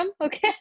Okay